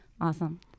Awesome